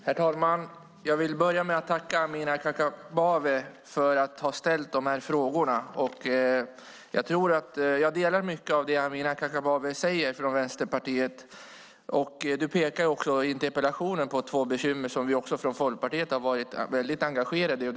Herr talman! Jag tackar Vänsterpartiets Amineh Kakabaveh för att hon har ställt dessa frågor. Jag delar mycket av det hon säger. Hon pekar i interpellationen på två bekymmer som vi från Folkpartiet också har varit engagerade i.